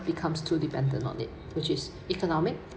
becomes too dependent on it which is economic